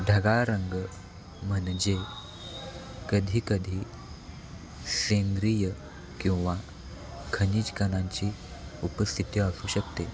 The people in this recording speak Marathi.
ढगाळ रंग म्हणजे कधीकधी सेंद्रिय किंवा खनिज कणांची उपस्थिती असू शकते